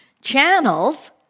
channels